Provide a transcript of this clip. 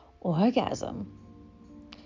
Orgasm